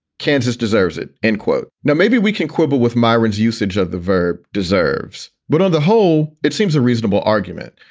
kansas deserves it. end quote. now, maybe we can quibble with myron's usage of the verb deserves, but on the whole, it seems a reasonable argument.